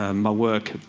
ah my work,